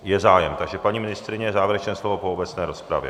Je zájem, takže paní ministryně, závěrečné slovo po obecné rozpravě.